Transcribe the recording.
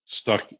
stuck